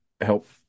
help